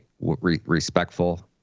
respectful